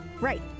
right